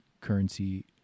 currency